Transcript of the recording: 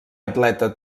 atleta